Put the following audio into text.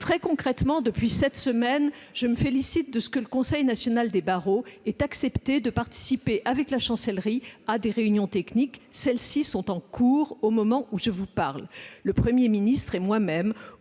Très concrètement, depuis cette semaine, je me félicite que le Conseil national des barreaux (CNB) ait accepté de participer avec la Chancellerie à des réunions techniques ; celles-ci sont en cours au moment où je vous parle. Le Premier ministre et moi-même